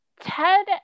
Ted